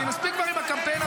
מספיק כבר עם הקמפיין הזה.